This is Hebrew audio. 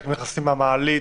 חלק נכנסים מהמעלית,